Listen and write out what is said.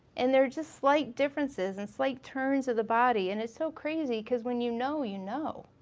and they're just slight differences and slight turns of the body and it's so crazy cause when you know you know.